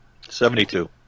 Seventy-two